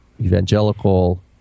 evangelical